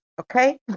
okay